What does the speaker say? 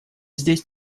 здесь